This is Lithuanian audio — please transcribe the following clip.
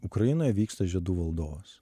ukrainoj vyksta žiedų valdovas